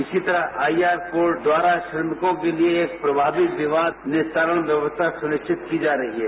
इसी तरह I R code द्वारा श्रमिकों के लिये एक प्रभावी विवाद निस्वारण व्यवस्था सुनिश्चित की जा रही है